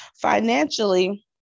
financially